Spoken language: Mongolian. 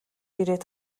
ирээд